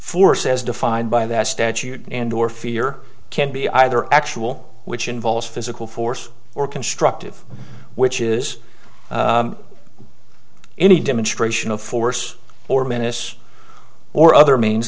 as defined by that statute and or fear can be either actual which involves physical force or constructive which is any demonstration of force or menace or other means